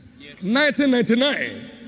1999